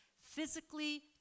Physically